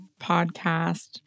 podcast